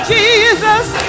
Jesus